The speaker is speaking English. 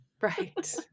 Right